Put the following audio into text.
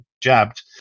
jabbed